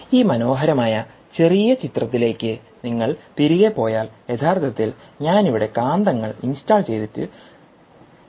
ഈ മനോഹരമായ ചെറിയ ചിത്രത്തിലേക്ക് നിങ്ങൾ തിരികെ പോയാൽ യഥാർത്ഥത്തിൽ ഞാൻ ഇവിടെ കാന്തങ്ങൾ ഇൻസ്റ്റാൾ ചെയ്തിട്ടു കാണും